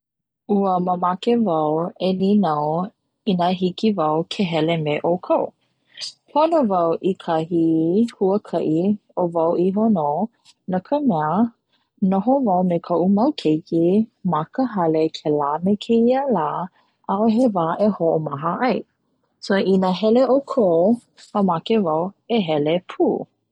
Ua mamake wau e ninau ina hiki wau ke hele me ʻoukou Pono wau i kahi huakaʻi, o wau iho no, no ka mea noho wau me kaʻu mau keiki ma ka hale kēla me kēia lā. ʻaʻohe wa e hoʻomaha ai, "so" ina hele ʻoukou mamake wau e hele pū.